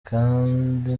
kandi